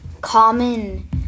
common